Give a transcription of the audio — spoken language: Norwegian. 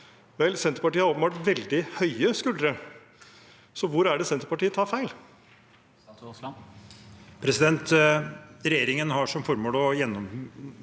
Senterpartiet har åpenbart veldig høye skuldre. Hvor er det Senterpartiet tar feil?